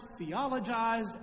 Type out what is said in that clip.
theologized